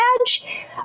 badge